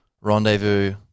Rendezvous